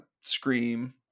Scream